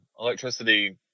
electricity